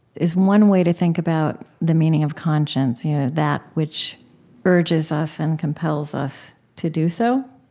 is one way to think about the meaning of conscience yeah that which urges us and compels us to do so,